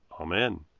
Amen